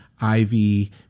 ivy